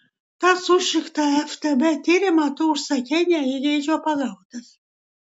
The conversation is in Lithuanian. tą sušiktą ftb tyrimą tu užsakei ne įgeidžio pagautas